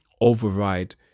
override